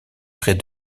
près